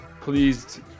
pleased